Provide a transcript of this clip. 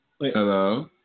Hello